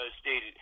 stated